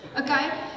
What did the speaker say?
Okay